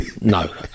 no